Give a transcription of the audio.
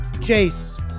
Chase